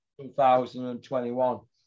2021